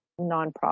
nonprofit